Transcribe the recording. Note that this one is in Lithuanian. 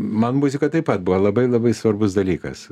man muzika taip pat buvo labai labai svarbus dalykas